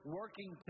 working